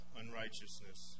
unrighteousness